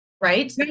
right